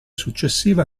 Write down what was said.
successiva